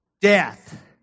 Death